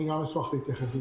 אני גם אשמח להתייחס.